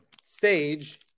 Sage